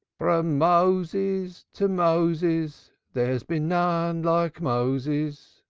from moses to moses there has been none like moses,